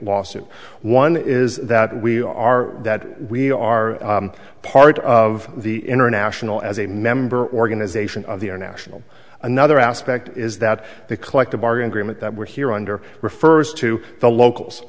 lawsuit one is that we are that we are part of the international as a member organization of the international another aspect is that the collective bargain agreement that we're here under refers to the